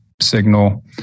signal